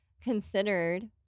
considered